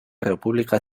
república